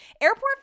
Airport